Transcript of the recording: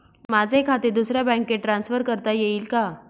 माझे खाते दुसऱ्या बँकेत ट्रान्सफर करता येईल का?